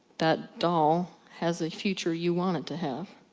that doll has the future you want it to have.